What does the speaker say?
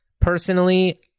Personally